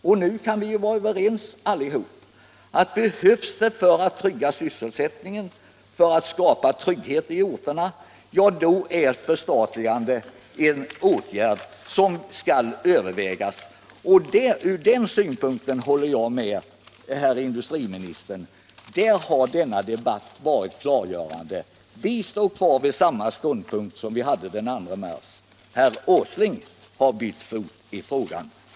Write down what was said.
Nu kan vi allesamman vara överens om att om det behövs för att trygga sysselsättningen och skapa trygghet i de olika orterna är förstatligandet en åtgärd som skall övervägas. På den punkten 95 har denna debatt varit klargörande — det håller jag med herr industriministern om. Vi socialdemokrater står fast vid samma ståndpunkt som vi intog den 2 mars. Herr Åsling har bytt fot i frågan. Herr talman!